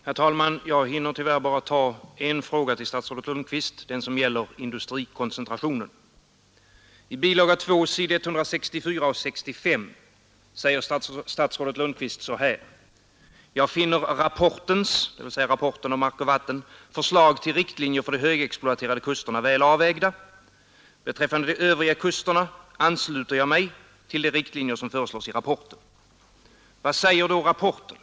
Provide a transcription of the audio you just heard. Herr talman! Jag hinner tyvärr bara ställa en fråga till statsrådet Lundkvist — den som gäller industrikoncentrationen. I bilaga 2 s. 164 och 165 säger herr Lundkvist: ”Även jag finner rapportens” — dvs. rapporten om hushållning med mark och vatten — ”förslag till riktlinjer för de högexploaterade kusterna väl avvägda. ——— Beträffande de övriga kusterna ansluter jag mig ——— till de riktlinjer som föreslås i rapporten ———.” Vad er då rapporten?